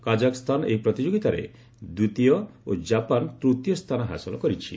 Kazakhstan ଏହି ପ୍ରତିଯୋଗିତାରେ ଦ୍ୱିତୀୟ ଓ ଜାପାନ ତୂତୀୟ ସ୍ଥାନ ହାସଲ କରିଛି